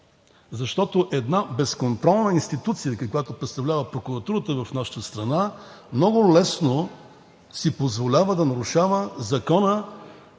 Защото една безконтролна институция, каквато представлява прокуратурата в нашата страна, много лесно си позволява да нарушава закона